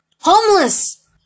homeless